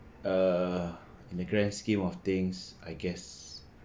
err in the grand scheme of things I guess